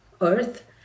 earth